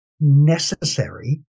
necessary